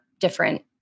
different